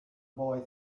boy